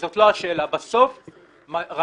כמו שאומר הביטוח הלאומי,